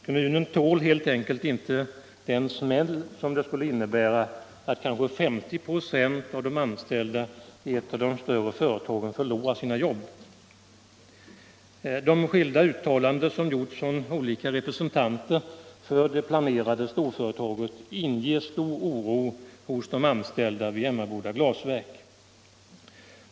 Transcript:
Kommunen tål helt enkelt inte den smäll som det skulle innebära att kanske 50 26 av de anställda i ett av de större företagen förlorar sina jobb. De skilda uttalanden som gjorts från olika representanter för det planerade storföretaget inger stor oro hos de anställda vid Emmaboda Glasverk.